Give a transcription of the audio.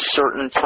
certain